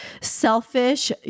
selfish